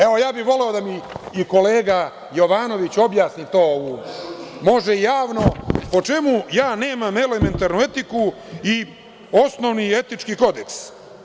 Evo, ja bih voleo i da mi kolega Jovanović objasni to, može javno, po čemu ja nemam elementarnu etiku i osnovni etički kodeks.